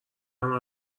همه